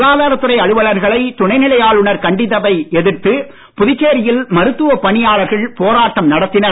சுகாதாரத் துறை அலுவலர்களை துணைநிலை ஆளுநர் கண்டித்ததை எதிர்த்து புதுச்சேரியில் மருத்துவப் பணியாளர்கள் போராட்டம் நடத்தினர்